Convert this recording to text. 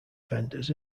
vendors